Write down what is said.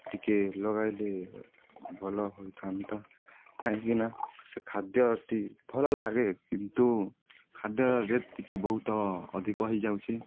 ଟିକିଏ ଲଗାଇଲେ ଭଲ ହୋଇଥାନ୍ତା କାହିଁକିନା ସେ ଖାଦ୍ୟଟି ଭଲ ଲାଗେ କିନ୍ତୁ ଖାଦ୍ୟର ରେଟ୍ ଟିକିଏ ବହୁତ ଅଧିକ ହୋଇଯାଉଛି